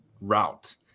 route